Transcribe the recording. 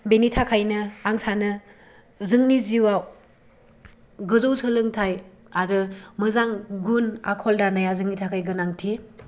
बेनि थाखायनो आं सानो जोंनि जिउआव गोजौ सोलोंथाइ आरो मोजां गुन आखल दानाया जोंनि थाखाय गोनांथि